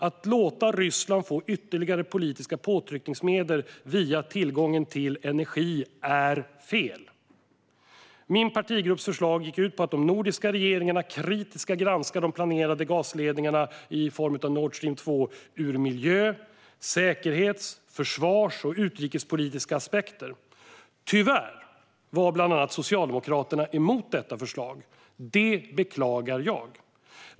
Att låta Ryssland få ytterligare politiska påtryckningsmedel via tillgången till energi är direkt fel. Min partigrupps förslag gick ut på att de nordiska regeringarna kritiskt ska granska de planerade gasledningarna Nord Stream 2 ur miljö-, säkerhets-, försvars och utrikespolitiska aspekter. Tyvärr var bland annat Socialdemokraterna emot detta förslag. Det beklagar jag.